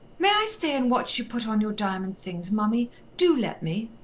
may i stay and watch you put on your diamond things, mummy? do let me.